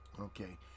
Okay